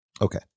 Okay